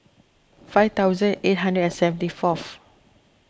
five thousand eight hundred and seventy fourth